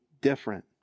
different